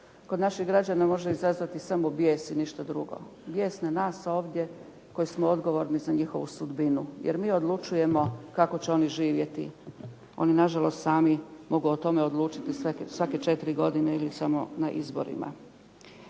kod naših građana može izazvati samo bijes i ništa drugo. Bijes na nas, a ovdje koji smo odgovorni za njihovu sudbinu, jer mi odlučujemo kako će oni živjeti. Oni na žalost sami mogu o tome odlučiti svake 4 godine ili samo na izborima.